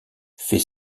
fait